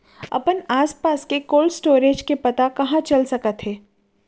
अपन आसपास के कोल्ड स्टोरेज के पता कहाँ चल सकत हे?